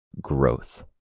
Growth